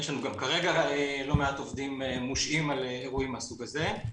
יש לנו גם כרגע לא מעט עובדים מושהים על אירועים מהסוג הזה.